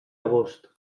agost